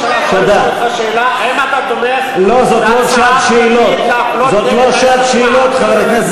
כן, גם אלה שדיברו כבר, חבר הכנסת